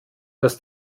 dass